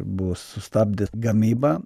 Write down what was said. buvo sustabdę gamybą